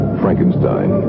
frankenstein